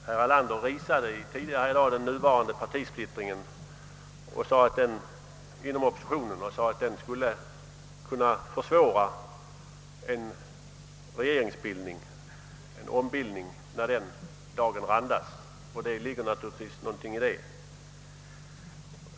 Herr Erlander hänvisade tidigare i dag till den nuvarande partisplittringen inom oppositionen och framhöll att den skulle kunna försvåra en regeringsombildning när den dagen randas, och det ligger naturligtvis något i detta.